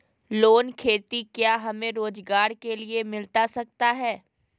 Loan खेती क्या हमें रोजगार के लिए मिलता सकता है?